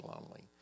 lonely